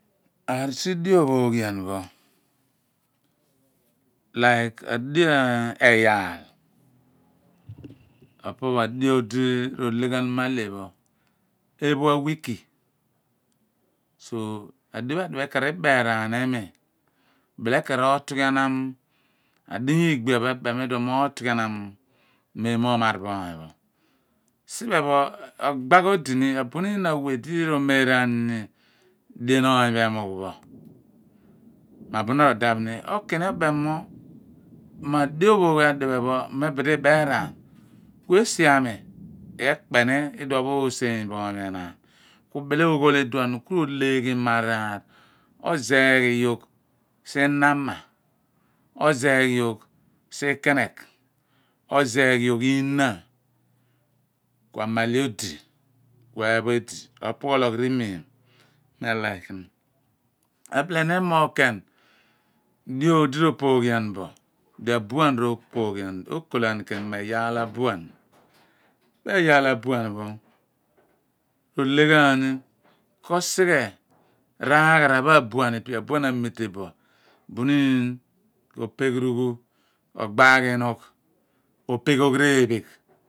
Osuhọ ophooghian pho. like adio eyoal opo pho dio di ro le ghan mahle pho ephua awit so adio pho adiphe ekor iberaan limi bile kan ro otughian om, adinya ugbia ebem idiwa mo otughian men mo ohmar bo oony pho. siphe pho ogbagh odi ni. abunun awe di ro. Meera aani ni dien oony pho emugh pho mo abuno ralaph ni oki ni obem mo aho opheroghian pho adiphe bid ibeeraan ku esi aami ekepeni idun pho ooseeny pho vony pho enaan ai bile oghol idum ku ro leghi ima araar. ozeeghi yogh si name ozeeghi yogh sikenegh. ozeegh yogh ihna ku amale odi, ku eepho cdi a ro pughologh eimum. mi alike ni ebile ni emoogh ken dio di ro pooghian bor di abuan ropooghian bo. okol aani ken mo eyaal abuan. pa eyaal abuan pho ro le ghan ni kosighe ragh-ra pho abuan ipa abuan amice bo ba min ko rogh rughu, kogbaghi yogu ihnugh opeghogh reephoyh.